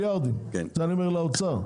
את זה אני אומר לאוצר.